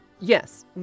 yes